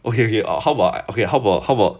okay okay err okay how about I okay how about how about